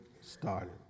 started